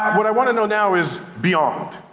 what i wanna know now is beyond.